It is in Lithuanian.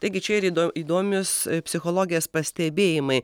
taigi čia ir ido įdomios psichologės pastebėjimai